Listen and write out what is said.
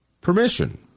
permission